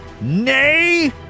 nay